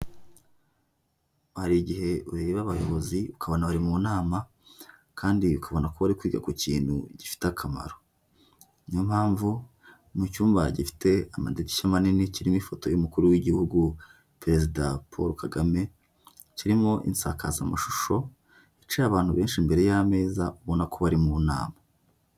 Hari igihe ureba abayobozi ukabona bari mu nama kandi ukabona ko bari kwiga ku kintu gifite akamaro. Niyo mpamvu, mu cyumba gifite amadirishya manini, kirimo ifoto y'umukuru w'igihugu, perezida Paul Kagame, kirimo insakazamashusho, hicaye abantu benshi imbere y'ameza, ubona ko bari mu nama.